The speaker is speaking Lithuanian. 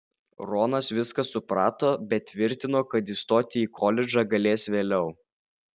ronas viską suprato bet tvirtino kad įstoti į koledžą galės vėliau